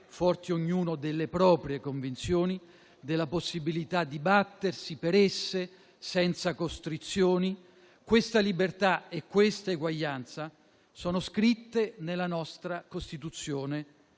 forti ognuno delle proprie convinzioni, della possibilità di battersi per esse senza costrizioni. Questa libertà e questa eguaglianza sono scritte nella nostra Costituzione